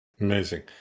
Amazing